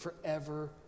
forever